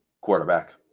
Quarterback